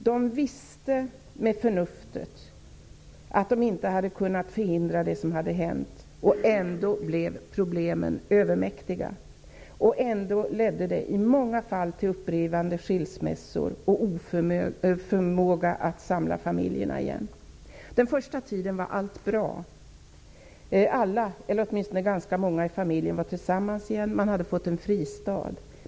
De visste med förnuftet att de inte hade kunnat förhindra det som hade hänt. Ändå blev problemen dem övermäktiga och ändå ledde det hela i många fall till upprivande skilsmässor och oförmåga att samla familjerna igen. Den första tiden var allt bra. Alla, eller åtminstone ganska många, i familjen var tillsammans igen. Man hade fått en fristad.